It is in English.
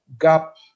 gap